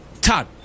Todd